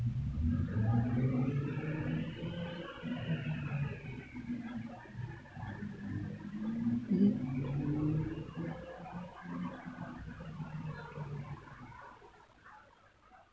mmhmm